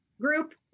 group